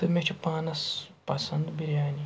تہٕ مےٚ چھِ پانَس پَسنٛد بِریانی